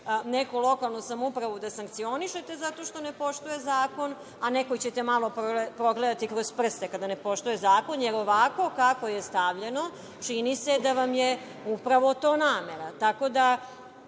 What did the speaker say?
neku lokalnu samoupravu da sankcionišete zato što ne poštuje zakon, a nekoj ćete malo progledati kroz prste kada ne poštuje zakon, jer ovako kako je stavljeno, čini se, da vam je upravo to namera. Tako da,